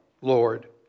Lord